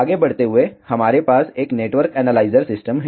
आगे बढ़ते हुए हमारे पास एक नेटवर्क एनालाइजर सिस्टम है